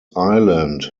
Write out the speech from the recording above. island